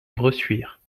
bressuire